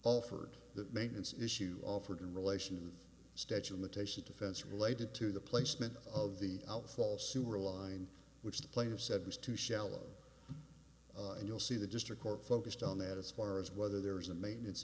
offered the maintenance issue offered in relation statue imitation defense related to the placement of the outfall sewer line which the player said was too shallow and you'll see the district court focused on that as far as whether there is a maintenance